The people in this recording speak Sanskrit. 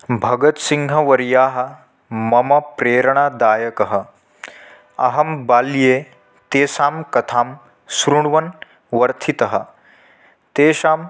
भगत्सिंहवर्यः मम प्रेरणादायकः अहं बाल्ये तेषां कथां श्रुण्वन् वर्धितः तेषां